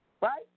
Right